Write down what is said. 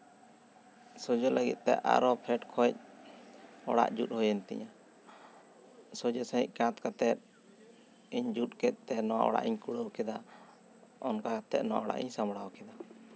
ᱥᱚᱡᱷᱮ ᱞᱟᱹᱜᱤᱫ ᱛᱮ ᱟᱨᱚ ᱯᱷᱮᱰ ᱠᱷᱚᱱ ᱚᱲᱟᱜ ᱡᱩᱛ ᱦᱩᱭᱮᱱ ᱛᱤᱧᱟᱹ ᱥᱚᱡᱷᱮ ᱥᱟᱺᱦᱤᱡ ᱠᱟᱸᱛ ᱠᱟᱛᱮᱫ ᱤᱧ ᱡᱩᱛ ᱠᱮᱫ ᱛᱮ ᱱᱚᱣᱟ ᱚᱲᱟᱜ ᱤᱧ ᱠᱩᱲᱟᱹᱣ ᱠᱮᱫᱟ ᱚᱱᱠᱟ ᱠᱟᱛᱮᱫ ᱱᱚᱣᱟ ᱚᱲᱟᱜ ᱤᱧ ᱥᱟᱢᱲᱟᱣ ᱠᱮᱫᱟ